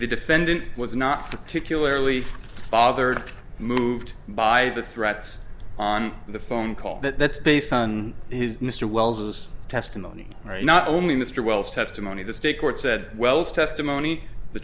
the defendant was not particularly bothered moved by the threats on the phone call that that's based on his mr wells this testimony right not only mr wells testimony the stay court said wells testimony the